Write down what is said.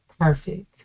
perfect